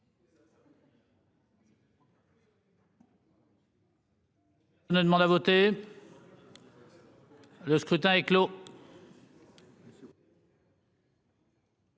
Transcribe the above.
Le scrutin est clos.